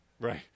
Right